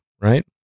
Right